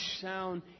sound